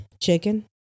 chicken